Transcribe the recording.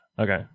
Okay